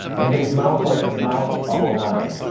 and his mouth like the mouth of a lion.